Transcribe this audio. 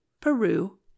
Peru